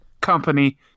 company